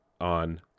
on